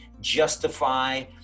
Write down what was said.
justify